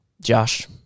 josh